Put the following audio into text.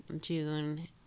June